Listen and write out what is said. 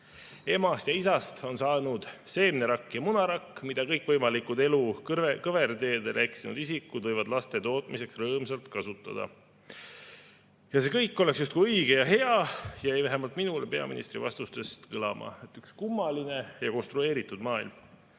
Emast ja isast on saanud seemnerakk ja munarakk, mida kõikvõimalikud elu kõverteedele eksinud isikud võivad rõõmsalt laste tootmiseks kasutada. Ja see kõik oleks justkui õige ja hea, see jäi vähemalt minu arvates peaministri vastustest kõlama. Üks kummaline ja konstrueeritud maailm,